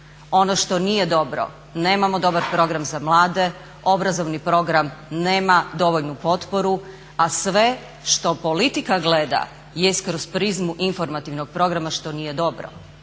Ono što nije dobro, nemamo dobar program za mlade, obrazovni program nema dovoljnu potporu, a sve što politika gleda jest kroz prizmu informativnog programa što nije dobro.